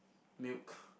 milk